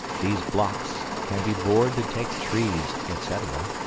these blocks can be bored to take trees, etc,